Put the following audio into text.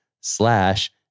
slash